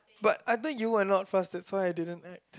but I think you were not fast that's why I didn't act